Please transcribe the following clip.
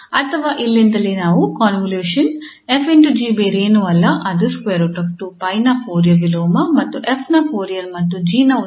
ಅಥವಾ ಇಲ್ಲಿಂದಲೇ ನಾವು ಕಾಂವೊಲ್ಯೂಷನ್ 𝑓 ∗ 𝑔 ಬೇರೇನೂ ಅಲ್ಲ ಅದು √2𝜋 ನ ಫೋರಿಯರ್ ವಿಲೋಮ ಮತ್ತು 𝑓 ನ ಫೋರಿಯರ್ ಮತ್ತು 𝑔 ನ ಉತ್ಪನ್ನವಾಗಿದೆ